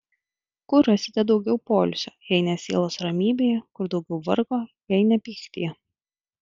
kur rasite daugiau poilsio jei ne sielos ramybėje kur daugiau vargo jei ne pyktyje